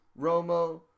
Romo